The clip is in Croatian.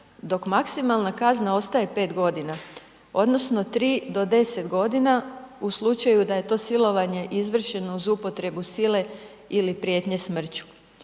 dok maksimalna kazna ostaje 5 g, odnosno 3 do 10 g. u slučaju da je to silovanje izvršeno uz upotrebu sile prijetnje smrću.